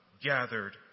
gathered